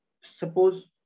suppose